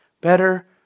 better